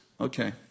Okay